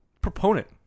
proponent